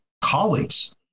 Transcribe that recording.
colleagues